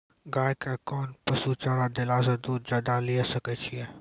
गाय के कोंन पसुचारा देला से दूध ज्यादा लिये सकय छियै?